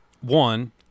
one –